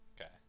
Okay